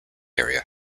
area